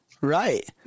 Right